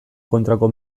kontrako